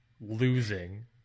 losing